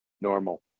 normal